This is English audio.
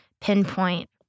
pinpoint